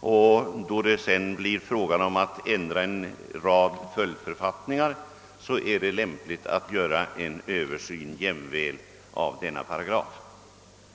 och då det i anledning härav blir fråga om att ändra en rad följdförfattningar är det lämpligt att göra en Översyn jämväl av denna paragraf.